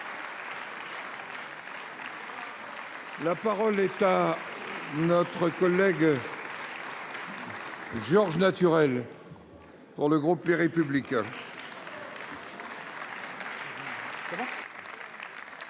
La parole est à M. Georges Naturel, pour le groupe Les Républicains.